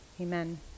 Amen